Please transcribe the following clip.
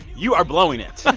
you are blowing it.